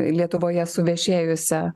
lietuvoje suvešėjusią